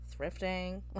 thrifting